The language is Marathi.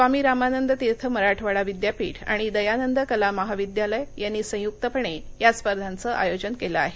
स्वामी रामानंद तीर्थ मराठवाडा विद्यापीठ आणि दयानंद कला महाविद्यालय यांनी संयुक्तपणे या स्पर्धांचं आयोजन केलं आहे